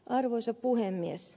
arvoisa puhemies